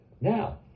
now